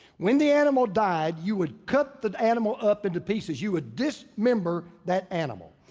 when the animal died, you would cut the animal up into pieces. you would dismember that animal.